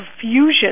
fusion